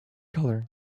color